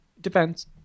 Depends